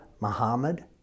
Muhammad